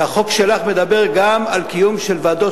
והחוק שלך מדבר גם על קיום ועדות,